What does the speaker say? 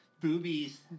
Boobies